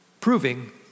proving